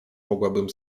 mogłabym